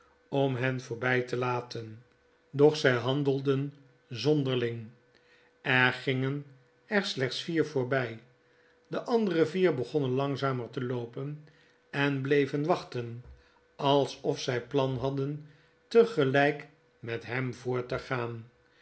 om hen voorbfl te laten doch zg handelden zonderling er gingen er slechts vier voorbjj de andere vier begonnen langzamer te loopen en bleven wachten alsof ztj plan hadden tegeljjk met hem voort te gaan